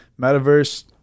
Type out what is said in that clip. Metaverse